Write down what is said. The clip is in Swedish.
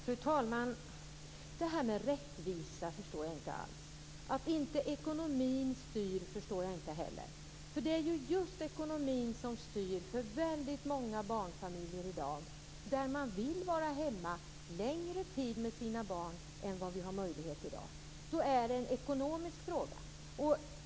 Fru talman! Det här med rättvisa förstår jag inte alls. Att ekonomin inte styr förstår jag inte heller. Det är just ekonomin som styr för väldigt många barnfamiljer i dag, när de vill vara hemma längre tid med sina barn än det finns möjlighet till i dag. Då är det en ekonomisk fråga.